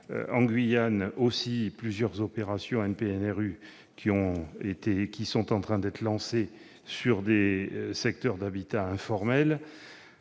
en Guyane, plusieurs opérations NPNRU sont en train d'être lancées sur le secteur de l'habitat informel.